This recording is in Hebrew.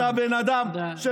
אתה בן אדם, תודה.